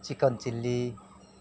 chicken chilli